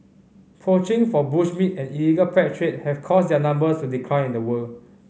poaching for bush meat and illegal pet trade have caused their numbers to decline in the wild